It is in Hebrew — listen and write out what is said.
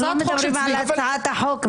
אנחנו לא מדברים על הצעת החוק,